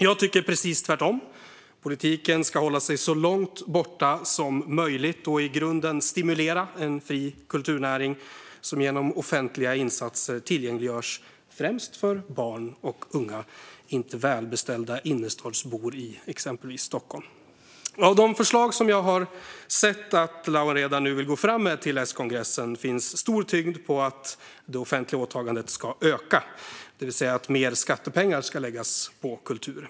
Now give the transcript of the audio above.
Jag tycker precis tvärtom: Politiken ska hålla sig så långt borta som möjligt och i grunden stimulera en fri kulturnäring som genom offentliga insatser tillgängliggörs främst för barn och unga, inte för välbeställda innerstadsbor i exempelvis Stockholm. Av de förslag som jag har sett att Lawen Redar nu vill gå fram med till S-kongressen finns en stor tyngd på att det offentliga åtagandet ska öka, det vill säga att mer skattepengar ska läggas på kultur.